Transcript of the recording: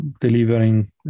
delivering